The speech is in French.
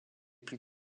plus